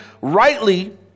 rightly